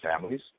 families